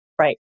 Right